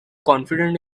confident